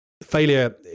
failure